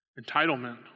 entitlement